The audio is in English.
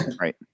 Right